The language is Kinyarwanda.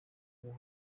ubu